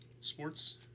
Sports